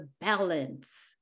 balance